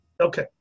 Okay